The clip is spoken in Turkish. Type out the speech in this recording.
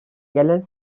gelen